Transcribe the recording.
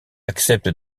accepte